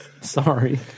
Sorry